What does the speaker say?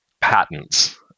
patents